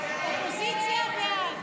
הסתייגות 1941 לא נתקבלה.